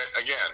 again